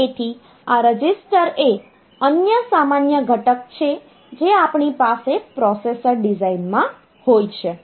તેથી આ રજિસ્ટર એ અન્ય સામાન્ય ઘટક છે જે આપણી પાસે પ્રોસેસર ડિઝાઇનમાં હોય છે